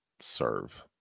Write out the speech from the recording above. serve